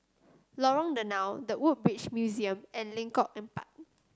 Lorong Danau The Woodbridge Museum and Lengkok Empat